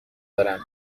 دارم